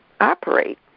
operate